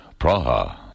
Praha